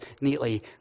neatly